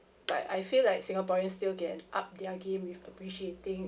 but I feel like singaporeans still get up their game with appreciating